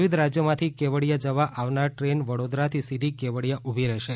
વિવિધ રાજ્યોમાંથી કેવડિયા જવા આવનાર દ્રેન વડોદરાથી સીધી કેવડિયા ઊભી રહેશે